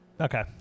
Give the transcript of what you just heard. Okay